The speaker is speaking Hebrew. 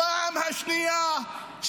הפעם השנייה,